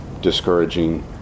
discouraging